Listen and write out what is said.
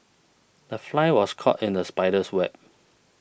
the fly was caught in the spider's web